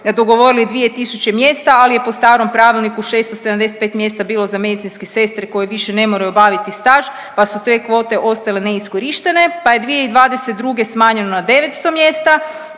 dogovorili 2 tisuće mjesta, ali je po starom Pravilniku 675 mjesta bilo za medicinske sestre koje više ne moraju obaviti staž, pa su te kvote ostale neiskorištene, pa je 2022. smanjeno na 900 mjesta,